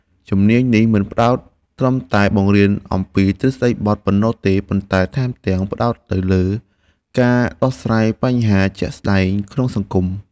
ជំនាញនេះមិនត្រឹមតែបង្រៀនអំពីទ្រឹស្តីបទប៉ុណ្ណោះទេ ប៉ុន្តែថែមទាំងផ្ដោតទៅលើការដោះស្រាយបញ្ហាជាក់ស្តែងក្នុងសង្គម។